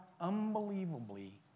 unbelievably